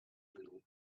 little